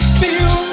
feel